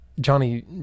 Johnny